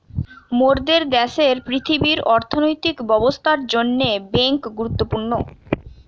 মোরদের দ্যাশের পৃথিবীর অর্থনৈতিক ব্যবস্থার জন্যে বেঙ্ক গুরুত্বপূর্ণ